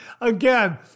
Again